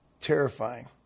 terrifying